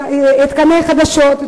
עדכוני חדשות,